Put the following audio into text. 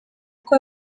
kuko